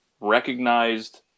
recognized